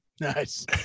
Nice